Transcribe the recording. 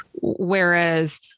Whereas